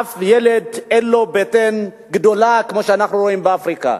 אף ילד אין לו בטן גדולה כמו שאנחנו רואים באפריקה.